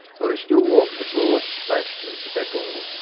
though he still walked abroad splashed and speckled,